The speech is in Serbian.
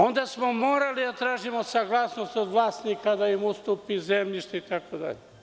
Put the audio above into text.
Onda smo morali da tražimo saglasnost od vlasnika da im ustupi zemljište, itd.